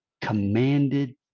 commanded